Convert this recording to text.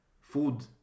food